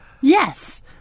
Yes